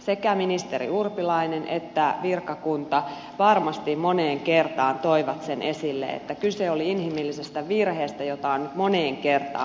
sekä ministeri urpilainen että virkakunta varmasti moneen kertaan toivat sen esille että kyse oli inhimillisestä virheestä ja sitä on nyt moneen kertaan pahoiteltu